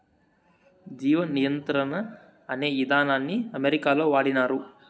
జీవ నియంత్రణ అనే ఇదానాన్ని అమెరికాలో వాడినారు